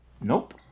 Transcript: Nope